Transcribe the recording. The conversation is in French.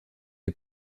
est